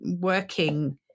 working